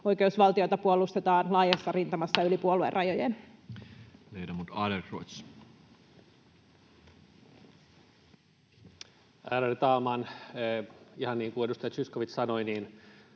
oikeusvaltiota puolustetaan laajassa rintamassa yli puoluerajojen. Ledamot Adlercreuz. Ärade talman! Ihan niin kuin edustaja Zyskowicz sanoi, toimiva